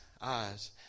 eyes